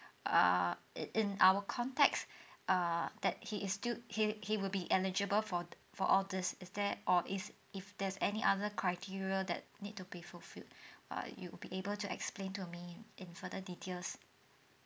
err it in our context err that he is still he he will be eligible for for all this is there or is if there's any other criteria that need to be fulfilled err you would be able to explain to me in in further details